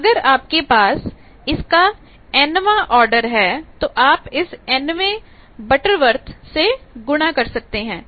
और अगर आपके पास इसका nवा आर्डर है तो आप इसे nवें बटरवर्थ से गुणा कर सकते हैं